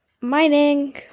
mining